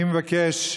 אני מבקש,